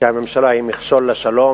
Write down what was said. שהממשלה היא מכשול לשלום,